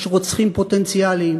יש רוצחים פוטנציאליים